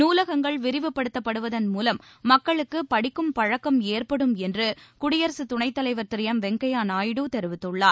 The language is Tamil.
நூலகங்கள் விரிவுப்படுத்தப்படுவதன் மூலம் மக்களுக்கு படிக்கும் பழக்கம் ஏற்படும் என்று குடியரகத் துணைத் தலைவர் திரு எம் வெங்கையா நாயுடு தெரிவித்துள்ளார்